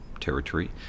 territory